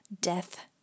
death